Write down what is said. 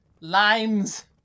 Limes